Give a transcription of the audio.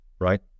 right